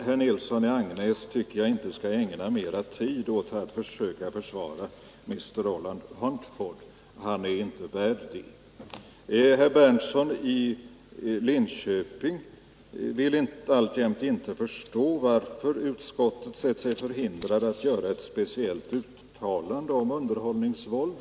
Jag tycker inte att herr Nilsson i Agnäs skall ägna mera tid åt att försöka försvara Mr Roland Huntford — han är inte värd det. Herr Berndtson i Linköping vill alltjämt inte förstå varför utskottet sett sig förhindrat att göra ett speciellt uttalande om underhållningsvåld.